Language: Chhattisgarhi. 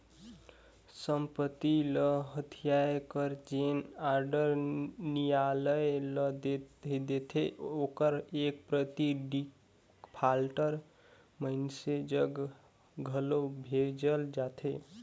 संपत्ति ल हथियाए कर जेन आडर नियालय ल देथे ओकर एक प्रति डिफाल्टर मइनसे जग घलो भेजल जाथे